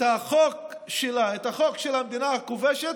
את החוק שלה, את החוק של המדינה הכובשת,